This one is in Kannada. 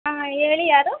ಹಾಂ ಹೇಳಿ ಯಾರು